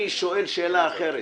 אני שואל שאלה אחרת